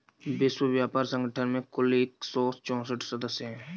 विश्व व्यापार संगठन में कुल एक सौ चौसठ सदस्य हैं